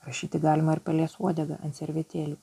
rašyti galima ir pelės uodega ant servetėlių